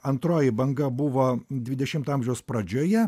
antroji banga buvo dvidešimto amžiaus pradžioje